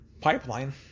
Pipeline